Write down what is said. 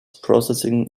processing